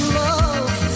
love